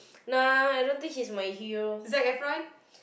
nah I don't think he's my hero